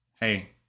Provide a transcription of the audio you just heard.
hey